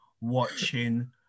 watching